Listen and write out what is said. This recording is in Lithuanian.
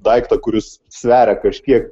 daiktą kuris sveria kažkiek